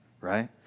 right